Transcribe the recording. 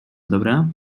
dobra